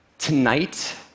Tonight